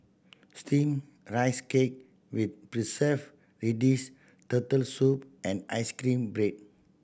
Steamed Rice Cake with preserve radish Turtle Soup and ice cream bread